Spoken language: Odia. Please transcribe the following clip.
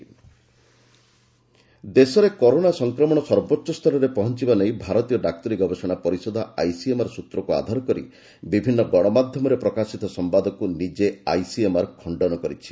ଆଇସିଏମ୍ଆର୍ ମିଡିଆ ରିପୋର୍ଟ୍ ଦେଶରେ କରୋନା ସଂକ୍ରମଣ ସର୍ବୋଚ୍ଚସ୍ତରରେ ପହଞ୍ଚିବା ନେଇ ଭାରତୀୟ ଡାକ୍ତରୀ ଗବେଷଣା ପରିଷଦ ଆଇସିଏମ୍ଆର୍ ସୂତ୍ରକୁ ଆଧାର କରି ବିଭିନ୍ନ ଗଣମାଧ୍ୟମରେ ପ୍ରକାଶିତ ସମ୍ବାଦକୁ ନିଜେ ଆଇସିଏମ୍ଆର୍ ଖଣ୍ଡନ କରିଛି